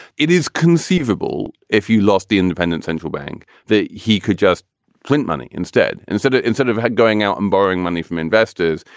it is conceivable if you lost the independent central bank that he could just print money instead instead of instead of going out and borrowing money from investors.